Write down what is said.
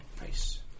Nice